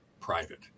private